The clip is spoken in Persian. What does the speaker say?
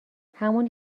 همونی